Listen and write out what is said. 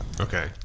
Okay